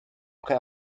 prêt